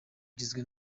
igizwe